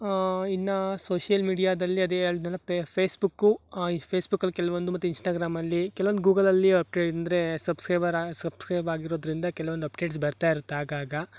ಇನ್ನು ಸೋಶಿಯಲ್ ಮೀಡಿಯಾದಲ್ಲಿ ಅದೇ ಹೇಳಿದೆನಲ್ಲ ಪೇ ಫೇಸ್ಬುಕ್ಕು ಈ ಫೇಸ್ಬುಕ್ಕಲ್ಲಿ ಕೆಲವೊಂದು ಮತ್ತು ಇನ್ಸ್ಟಾಗ್ರಾಮಲ್ಲಿ ಕೆಲವೊಂದು ಗೂಗಲಲ್ಲಿ ಅಪ್ಡೇಟ್ ಅಂದರೆ ಸಬ್ಸ್ಕ್ರೈಬರ್ ಸಬ್ಸ್ಕ್ರೈಬ್ ಆಗಿರೋದ್ರಿಂದ ಕೆಲವೊಂದು ಅಪ್ಡೇಟ್ಸ್ ಬರ್ತಾ ಇರತ್ತೆ ಆಗಾಗ